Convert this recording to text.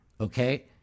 okay